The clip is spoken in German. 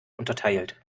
unterteilt